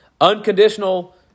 unconditional